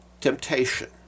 temptation